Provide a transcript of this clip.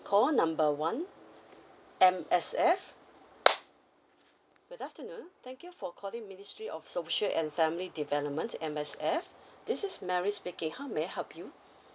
call number one M_S_F good afternoon thank you for calling ministry of social and family development and M_S_F this is Mary speaking how may I help you